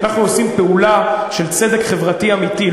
אנחנו עושים פעולה של צדק חברתי אמיתי,